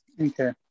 Okay